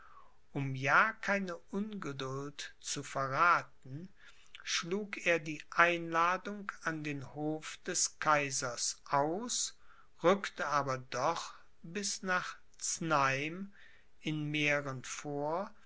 um ja keine ungeduld zu verrathen schlug er die einladung an den hof des kaisers aus rückte aber doch bis nach znaim in mähren vor